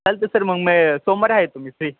चालतंय सर मग मय सोमवारी आहेत तुम्ही फ्री